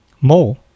more